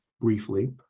briefly